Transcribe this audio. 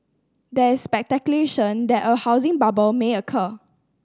there is speculation that a housing bubble may occur